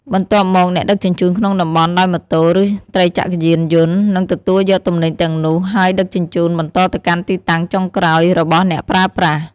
បន្ទាប់មក អ្នកដឹកជញ្ជូនក្នុងតំបន់ដោយម៉ូតូឬត្រីចក្រយានយន្តនឹងទទួលយកទំនិញទាំងនោះហើយដឹកជញ្ជូនបន្តទៅកាន់ទីតាំងចុងក្រោយរបស់អ្នកប្រើប្រាស់។